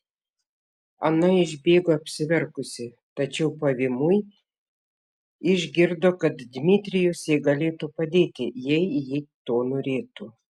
ana išbėgo apsiverkusi tačiau pavymui išgirdo kad dmitrijus jai galėtų padėti jei ji to norėtų